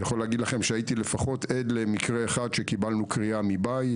אני יכול להגיד לכם שהייתי עד לפחות למקרה אחד שקיבלנו קריאה מבית,